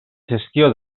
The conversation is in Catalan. gestió